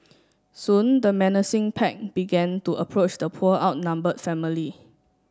soon the menacing pack began to approach the poor outnumbered family